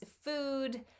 food